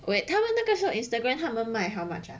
wait 他们那个 shop instagram 他们卖 how much ah